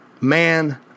Man